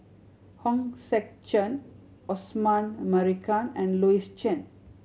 Hong Sek Chern Osman Merican and Louis Chen